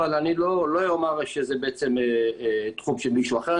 אבל אני לא אומר שזה תחום של מישהו אחר,